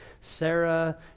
Sarah